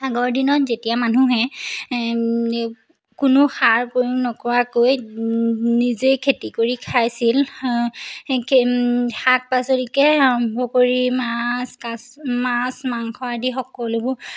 আগৰ দিনত যেতিয়া মানুহে কোনো সাৰ প্ৰয়োগ নকৰাকৈ নিজেই খেতি কৰি খাইছিল শাক পাচলিকে আৰম্ভ কৰি মাছ কাছ মাছ মাংস আদি সকলোবোৰ